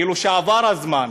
כאילו עבר הזמן.